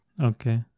Okay